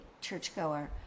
churchgoer